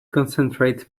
concentrate